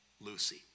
Lucy